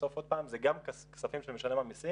בסוף זה גם כספים של משלם המיסים,